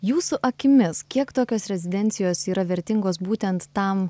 jūsų akimis kiek tokios rezidencijos yra vertingos būtent tam